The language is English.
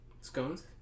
Scones